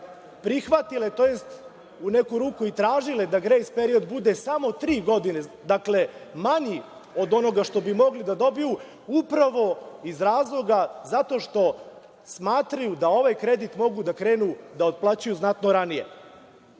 prihvatile, tj. u neku ruku i tražile da grejs period bude samo tri godine, dakle, manji od onoga što bi mogli da dobiju, upravo iz razloga zato što smatraju da ovaj kredit mogu da krenu da otplaćuju znatno ranije. Ovde